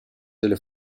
delle